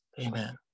Amen